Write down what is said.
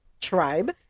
tribe